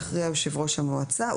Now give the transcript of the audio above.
יכריע יושב-ראש המועצה,